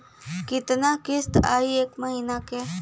कितना किस्त आई एक महीना के?